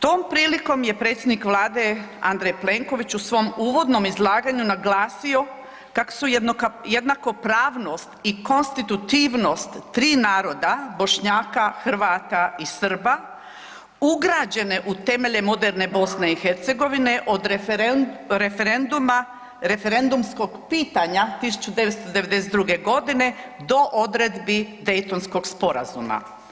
Tom prilikom je predsjednik Vlade Andrej Plenković u svom uvodnom izlaganju naglasio kako su jednakopravnost i konstitutivnost tri naroda Bošnjaka, Hrvata i Srba ugrađene u temelje moderne BiH od referendumsko pitanja 1992.g. do odredbi Daytonskog sporazuma.